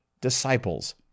disciples